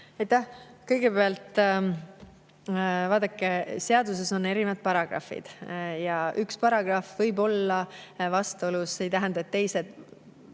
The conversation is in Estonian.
Kõigepealt, vaadake, seaduses on erinevad paragrahvid ja üks paragrahv võib olla vastuolus, see ei tähenda, et teised